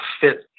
fit